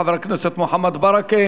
חבר הכנסת מוחמד ברכה,